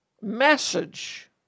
message